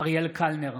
אריאל קלנר,